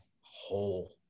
whole